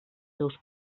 seus